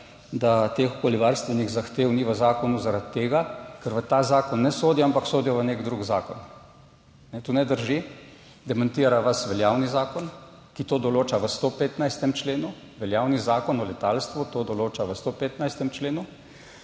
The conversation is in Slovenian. da teh okoljevarstvenih zahtev ni v zakonu zaradi tega, ker v ta zakon ne sodijo, ampak sodijo v nek drug zakon. To ne drži. Demantira vas veljavni zakon, ki to določa v 115. členu, veljavni Zakon o letalstvu to določa v 115. členu,